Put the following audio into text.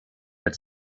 had